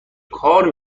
کار